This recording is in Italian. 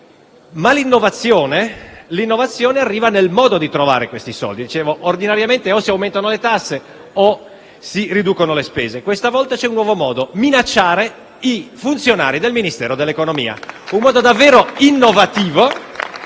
Ma l'innovazione arriva nel modo di trovare questi soldi. Come dicevo, ordinariamente o si aumentano le tasse o si riducono le spese. Questa volta c'è un nuovo modo: minacciare i funzionari del Ministero dell'economia! *(Applausi dal